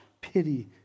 pity